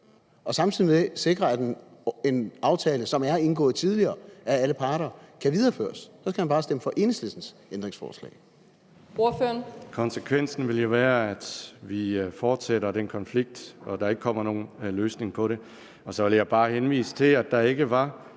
og samtidig med det sikre, at en aftale, som er indgået tidligere af alle parter, kan videreføres, så skal han bare stemme for Enhedslistens ændringsforslag.